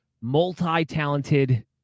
multi-talented